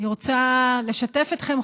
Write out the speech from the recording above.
אני רוצה לשתף אתכם,